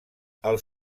els